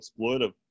exploitive